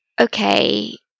okay